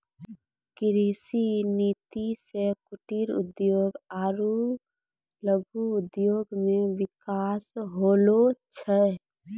कृषि नीति से कुटिर उद्योग आरु लघु उद्योग मे बिकास होलो छै